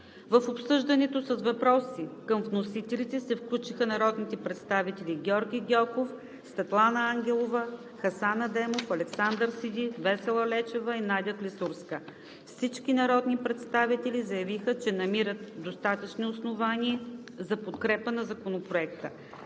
В обсъждането с въпроси към вносителите се включиха народните представители Георги Гьоков, Светлана Ангелова, Хасан Адемов, Александър Сиди, Весела Лечева и Надя Клисурска. Всички народни представители заявиха, че намират достатъчно основания за подкрепа на Законопроекта.